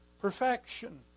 perfection